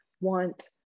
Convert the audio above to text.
want